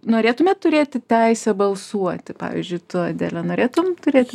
norėtumėt turėti teisę balsuoti pavyzdžiui tu adele norėtum turėti